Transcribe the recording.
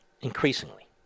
Increasingly